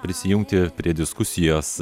prisijungti prie diskusijos